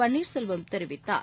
பன்னீர்செல்வம் தெரிவித்தார்